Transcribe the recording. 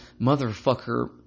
motherfucker